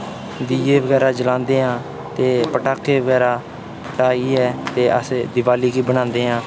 दिए बगैरा जलांदे आं ते पटाके बगैरा तां इयै ते अस दीवाली गी बनांदे आं